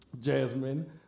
Jasmine